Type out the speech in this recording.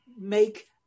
make